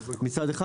מצד אחד.